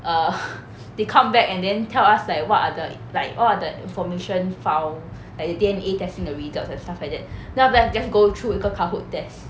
err they come back and then tell us like what are the like what are the information file like the D_N_A testing the results and stuff like then after that just go through 一个 kahoot test